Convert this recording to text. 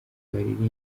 baririmba